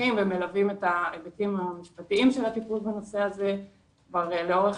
תומכים ומלווים את ההיבטים המשפטיים של הטפול בנושא כבר לאורך